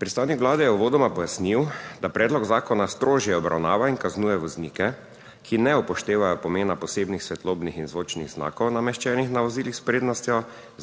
Predstavnik Vlade je uvodoma pojasnil, da predlog zakona strožje obravnava in kaznuje voznike, ki ne upoštevajo pomena posebnih svetlobnih in zvočnih znakov, nameščenih na vozilih s prednostjo